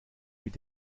mit